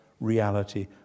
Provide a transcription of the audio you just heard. reality